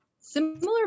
similar